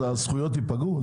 הזכויות ייפגעו?